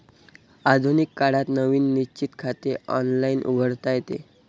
आधुनिक काळात नवीन निश्चित खाते ऑनलाइन उघडता येते